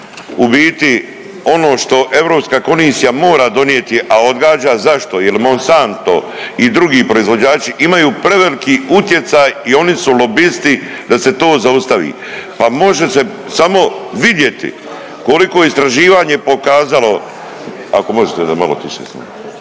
u biti ono što EK mora donijeti, a odgađa. A zašto? Jer Monsanto i drugi proizvođači imaju preveliki utjecaj i oni su lobisti da se to zaustavi. Pa može se samo vidjeti koliko istraživanje pokazalo, ako možete da malo tiše samo?